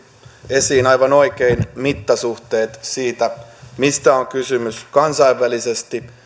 esiin aivan oikein mittasuhteet siitä mistä on kysymys kansainvälisesti